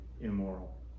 immoral